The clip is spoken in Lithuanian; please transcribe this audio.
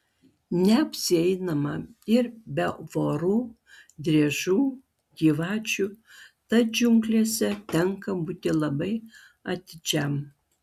neapsieinama ir be vorų driežų gyvačių tad džiunglėse tenka būti labai atidžiam